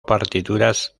partituras